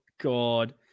God